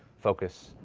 focus,